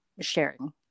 sharing